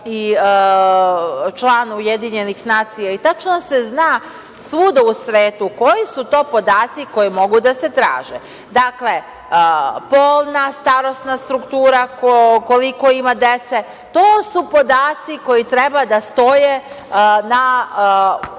i član UN i tačno se zna svuda u svetu koji su to podaci koji mogu da se traže. Dakle, polna, starosna struktura, ko koliko ima dece, to su podaci koji treba da stoje na ovim